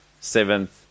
Seventh